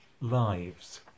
lives